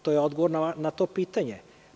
To je odgovor na to pitanje.